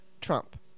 Trump